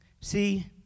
See